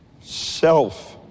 self